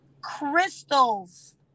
crystals